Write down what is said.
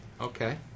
Okay